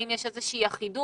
האם יש איזושהי אחידות